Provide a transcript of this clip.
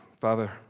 Father